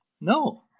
No